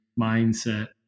mindset